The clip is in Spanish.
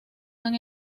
han